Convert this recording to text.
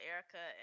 Erica